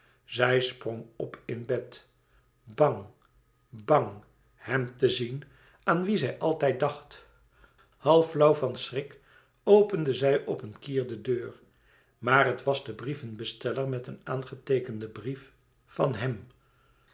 zij sprong op in bed bang bang hèm te zien aan wien zij altijd dacht half flauw van schrik opende zij op een kier de deur maar het was de brievenbesteller met een aangeteekenden brief van hèm